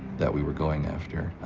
that we were going after.